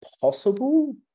possible